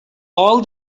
all